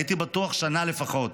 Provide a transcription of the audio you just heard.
הייתי בטוח שנה לפחות.